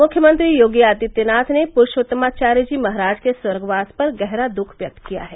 मुख्यमंत्री योगी आदित्यनाथ ने पुरूषोत्तमाचार्य जी महराज के स्वर्गवास पर गहरा दुख व्यक्त किया है